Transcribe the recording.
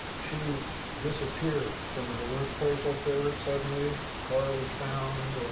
she disappeared from her workplace up there suddenly. car was found,